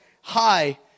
high